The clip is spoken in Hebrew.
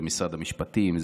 זה משרד המשפטים,